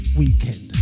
weekend